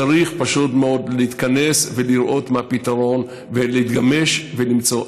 צריך פשוט מאוד להתכנס ולראות מה הפתרון ולהתגמש ולמצוא.